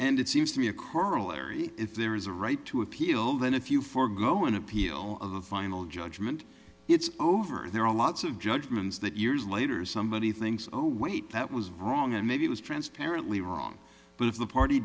and it seems to me a corollary if there is a right to appeal then if you forgo an appeal of a final judgment it's over there are lots of judgments that years later somebody things oh wait that was wrong and maybe it was transparently wrong but if the party